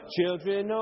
Children